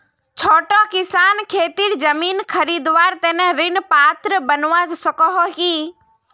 छोटो किसान खेतीर जमीन खरीदवार तने ऋण पात्र बनवा सको हो कि?